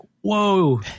whoa